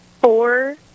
four